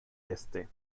este